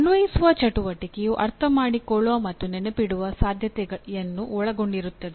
ಅನ್ವಯಿಸುವ ಚಟುವಟಿಕೆಯು ಅರ್ಥಮಾಡಿಕೊಳ್ಳುವ ಮತ್ತು ನೆನಪಿಡುವ ಸಾಧ್ಯತೆಯನ್ನು ಒಳಗೊಂಡಿರುತ್ತದೆ